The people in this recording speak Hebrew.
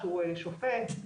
שהוא שופט.